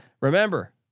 Remember